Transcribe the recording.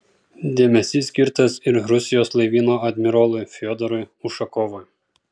dėmesys skirtas ir rusijos laivyno admirolui fiodorui ušakovui